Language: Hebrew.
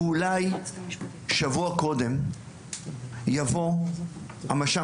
אולי שבוע קודם יבוא המש"מ,